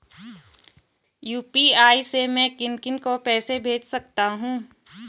UPI से मैं किन किन को पैसे भेज सकता हूँ?